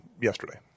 yesterday